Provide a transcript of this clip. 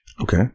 Okay